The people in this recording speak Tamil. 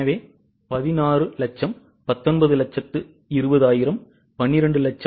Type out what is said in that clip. எனவே 1600000 1920000 1200000 4720000